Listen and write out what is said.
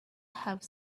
have